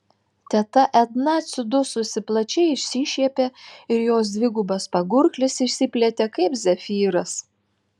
teta edna atsidususi plačiai išsišiepė ir jos dvigubas pagurklis išsiplėtė kaip zefyras